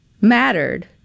mattered